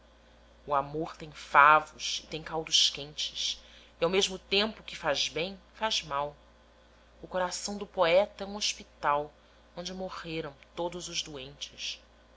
o amor tem favos e tem caldos quentes e ao mesmo tempo que faz bem faz mal o coração do poeta é um hospital onde morreram todos os doentes